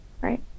right